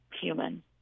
human